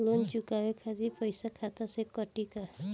Loan चुकावे खातिर पईसा खाता से कटी का?